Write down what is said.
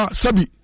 sabi